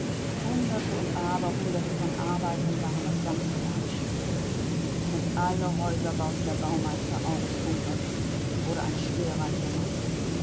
hunderte und aber hunderte von arbeitern waren das ganze jahr beschäftigt und alle häuser baute der baumeister august bunkert und wurde ein schwerreicher mann